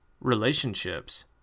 relationships